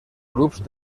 grups